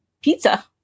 pizza